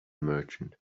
merchant